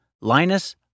Linus